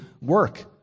work